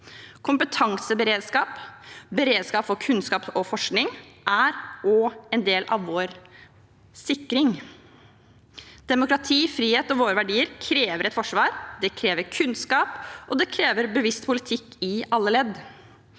Kompetanseberedskap, beredskap for kunnskap og forskning, er også en del av vår sikring. Demokrati, frihet og våre verdier krever et forsvar. Det krever kunnskap, og det krever bevisst politikk i alle ledd.